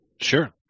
Sure